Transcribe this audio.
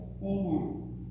Amen